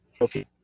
Okay